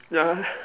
ya